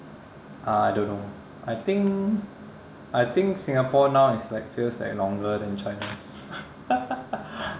I don't know I think I think singapore now it's like feels like longer than china